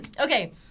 Okay